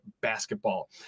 basketball